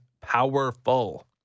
powerful